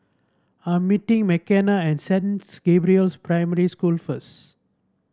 I'm meeting Makenna at Saint Gabriel's Primary School first